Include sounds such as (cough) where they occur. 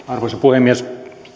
(unintelligible) arvoisa puhemies